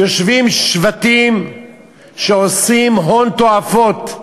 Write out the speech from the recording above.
יושבים שבטים שעושים הון תועפות,